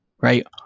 Right